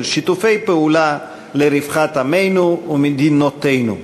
שיתופי פעולה לרווחת עמינו ומדינותינו.